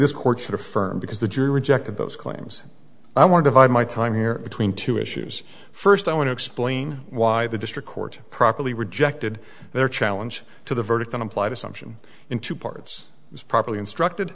this court sort of firm because the jury rejected those claims i want divide my time here between two issues first i want to explain why the district court properly rejected their challenge to the verdict and implied assumption in two parts was properly instructed